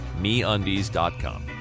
Meundies.com